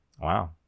Wow